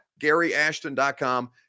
GaryAshton.com